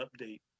update